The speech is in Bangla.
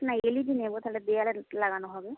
না এল ই ডি নেব তাহলে দেওয়ালে লাগানো হবে